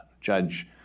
Judge